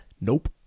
Nope